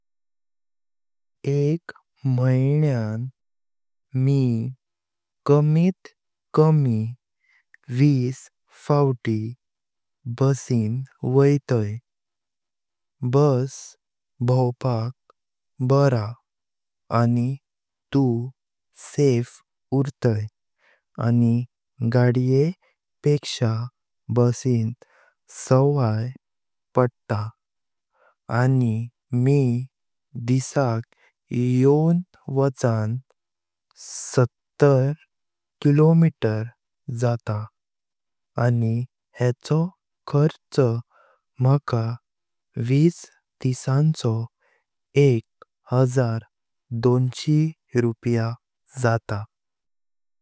एक म्हैन्यान मी कमीत कमी विस फावती बुसिन वैताय। बस भवपाक बरा आनी तू सेफ उर्ताय आनी गाडये पेक्षा बुसिन सवाय पायता, आनी मी दिसाक यावोचां सत किलोमीटर जाता आनी हेंचो खर्च म्हाका विस दिसाचो एक हजार दोनशी रूपया जाता।